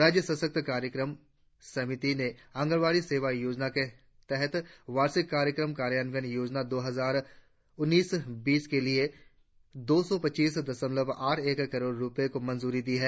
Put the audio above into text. राज्य सशक्त कार्यक्रम समिति ने आगनवाड़ी सेवा योजना के तहत वार्षिक कार्यक्रम कार्यन्वयन योजना दो हजार उन्नीस बीस के लिए दो सौ पच्चीस दशमलव आठ एक करोड़ रुपये को मंजूरी दी है